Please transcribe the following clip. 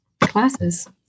classes